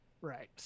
Right